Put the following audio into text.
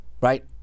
right